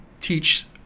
teach